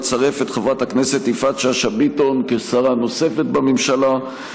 לצרף את חברת הכנסת יפעת שאשא ביטון כשרה נוספת בממשלה.